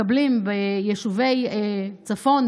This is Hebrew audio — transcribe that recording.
מקבלים ביישובי הצפון,